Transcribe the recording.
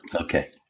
Okay